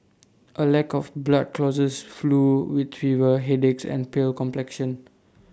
A lack of blood causes flu with fever headaches and pale complexion